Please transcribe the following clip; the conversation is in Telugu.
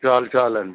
చాలు చాలండి